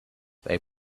they